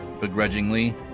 begrudgingly